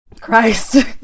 Christ